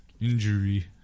Injury